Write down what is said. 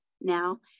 now